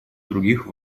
других